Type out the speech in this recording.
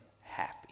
happy